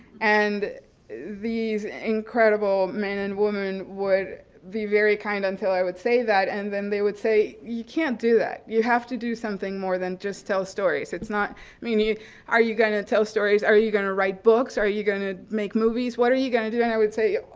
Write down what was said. and these incredible men and women would be very kind until i would say that and then they would say, you can't do that, you have to do something more than just tell stories. it's not i mean, are you going to tell stories? are you going to write books? are you going to make movies? what are you going to do? and i would say,